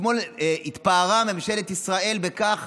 אתמול התפארה ממשלת ישראל בכך